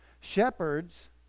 Shepherds